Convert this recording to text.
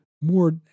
more